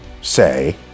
say